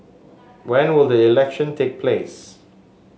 when will the election take place